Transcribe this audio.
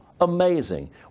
amazing